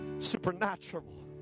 supernatural